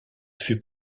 fut